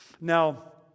Now